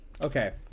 Okay